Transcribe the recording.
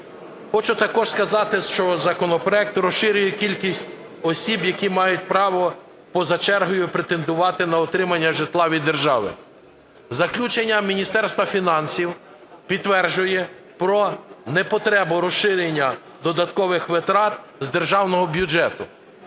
Хочу також сказати, що законопроект розширює кількість осіб, які мають право поза чергою претендувати на отримання житла від держави. Заключення Міністерства фінансів підтверджує про непотребу розширення додаткових витрат з державного бюджету.